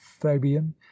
fabian